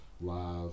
live